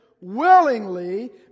willingly